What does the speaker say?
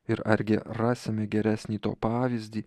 ir argi rasime geresnį to pavyzdį